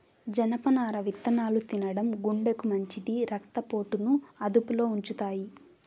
జనపనార విత్తనాలు తినడం గుండెకు మంచిది, రక్త పోటును అదుపులో ఉంచుతాయి